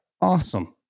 awesome